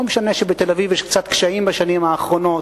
לא משנה שבתל-אביב קצת קשה בשנים האחרונות